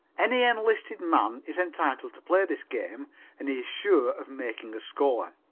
any enlisted man is entitled to play this game and he is sure of making a score.